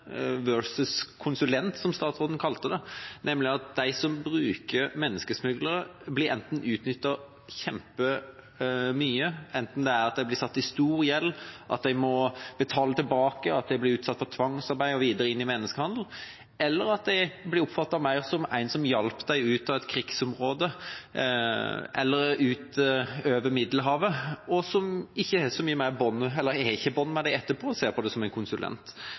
som statsråden var inne på. De som bruker menneskesmuglere, blir ofte utnyttet svært mye, enten de setter seg i stor gjeld som de må betale tilbake, eller at de blir utsatt for tvangsarbeid osv. På den annen side kan smuglerne av flyktningene bli oppfattet som en som hjalp dem ut av et krigsområde eller over Middelhavet, og at flyktningene ikke har bånd til dem etterpå, og man ser på dem som en konsulent. Det skiller menneskehandel litt fra menneskesmugling, men allikevel henger det tett sammen, som